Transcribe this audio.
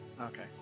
Okay